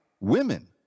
women